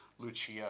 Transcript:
Lucia